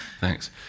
Thanks